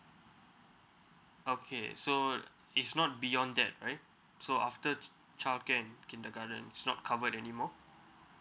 okay so is not beyond that right so after childcare and kindergarten it's not covered anymore